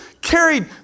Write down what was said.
carried